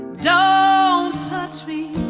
don't touch me